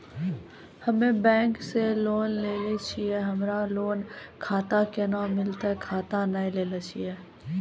हम्मे बैंक से लोन लेली छियै हमरा लोन खाता कैना मिलतै खाता नैय लैलै छियै?